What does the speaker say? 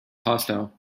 hostile